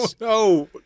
No